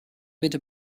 bitte